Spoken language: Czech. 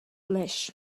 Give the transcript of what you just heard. lež